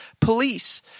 police